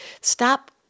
Stop